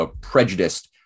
prejudiced